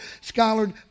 scholar